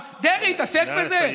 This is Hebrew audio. מה, דרעי יתעסק בזה?